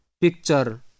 picture